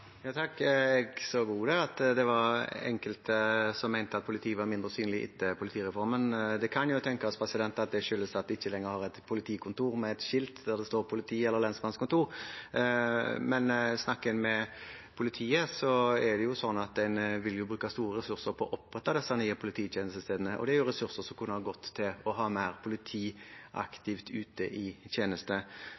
Jeg så også der at det var enkelte som mente at politiet var mindre synlig etter politireformen, men det kan tenkes det skyldes at de ikke lenger har et politikontor med et skilt der det står «Politi» eller «Lensmannskontor». Snakker en med politiet, mener de en vil bruke store ressurser på å opprette disse nye polititjenestestedene, og det er ressurser som kunne gått til å ha mer